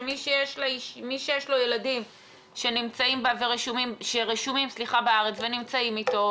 שמי שיש לו ילדים שרשומים בארץ ונמצאים איתו,